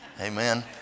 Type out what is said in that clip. Amen